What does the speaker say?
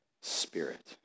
spirit